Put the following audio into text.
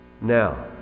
Now